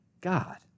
God